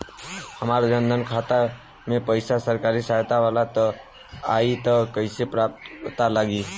हमार जन धन खाता मे पईसा सरकारी सहायता वाला आई त कइसे पता लागी?